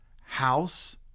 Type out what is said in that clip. House